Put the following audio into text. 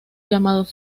llamados